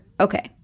okay